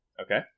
Okay